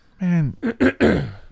Man